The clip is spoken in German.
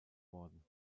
worden